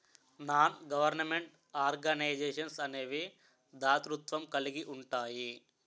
non government organisations అనేవి దాతృత్వం కలిగి ఉంటాయి